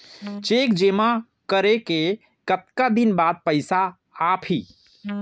Cheque जेमा करे के कतका दिन बाद पइसा आप ही?